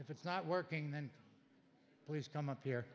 if it's not working then please come up here